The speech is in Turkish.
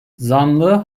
zanlı